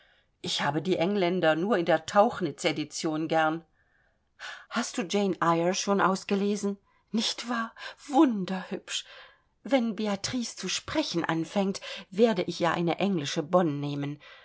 ich habe die engländer nur in der tauchnitz edition gern hast du jane eyre schon ausgelesen nicht wahr wunderhübsch wenn beatrix zu sprechen anfängt werde ich ihr eine englische bonne nehmen